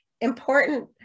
important